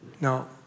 Now